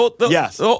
Yes